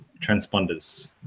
transponders